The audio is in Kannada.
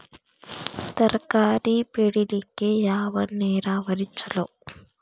ತರಕಾರಿ ಬೆಳಿಲಿಕ್ಕ ಯಾವ ನೇರಾವರಿ ಛಲೋ?